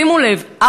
שימו לב,